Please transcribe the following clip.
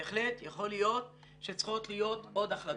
בהחלט יכול להיות שצריכות להיות עוד החלטות,